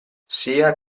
sia